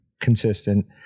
consistent